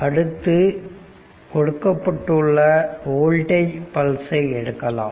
அடுத்து கொடுக்கப்பட்டுள்ள வோல்டேஜ் பல்சை எடுக்கலாம்